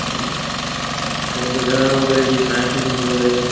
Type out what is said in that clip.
हुते रहण वग़ैरह जी खाइण पीअण जी वग़ैरह